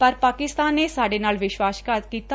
ਪਰ ਪਾਕਿਸਤਾਨ ਨੇ ਸਾਡੇ ਨਾਲ ਵਿਸ਼ਵਾਸਘਾਤ ਕੀਤਾ